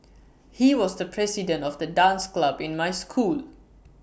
he was the president of the dance club in my school